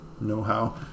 know-how